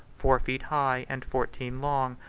four feet high and fourteen long,